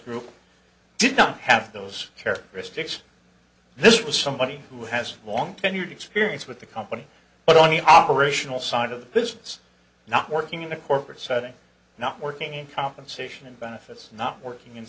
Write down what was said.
group did not have those characteristics this was somebody who has long tenured experience with the company but on the operational side of the business not working in a corporate setting not working in compensation and benefits not working in